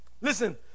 Listen